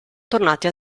tornati